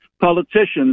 politicians